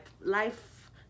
life